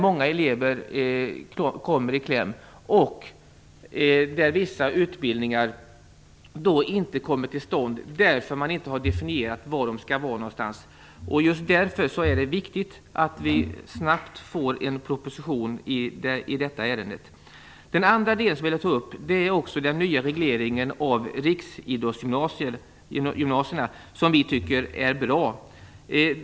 Många elever kommer i kläm. Vissa utbildningar kommer inte till stånd därför att man inte har definierat var de skall vara någonstans. Just därför är det viktigt att vi snabbt får en proposition i detta ärende. Den andra del jag vill ta upp är den nya regleringen av riksidrottsgymnasierna, som vi tycker är bra.